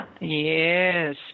Yes